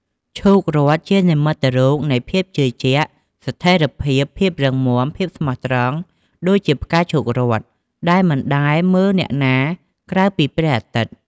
ឈូករ័ត្ន ជានិមិត្តរូបនៃភាពជឿជាក់ ស្ថេរភាព ភាពរឹងមាំ ភាពស្មោះត្រង់ ដូចផ្កាឈូករ័ត្ន ដែលមិនដែលមើលអ្នកណាក្រៅពីព្រះអាទិត្យ។